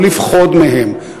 לא לפחוד מהם.